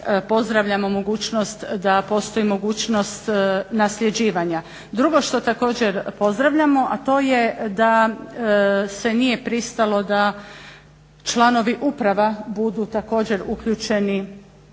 pozdravljamo mogućnost da postoji mogućnost nasljeđivanja. Drugo što također pozdravljamo, a to je da se nije pristalo da članovi uprava budu također uključeni